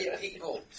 people